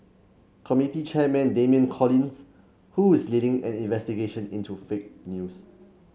committee chairman Damian Collins who is leading an investigation into fake news